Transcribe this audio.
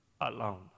alone